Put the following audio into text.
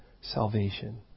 salvation